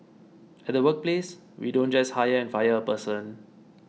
at the workplace we don't just hire and fire a person